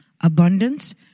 abundance